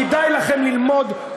כדאי לכם ללמוד.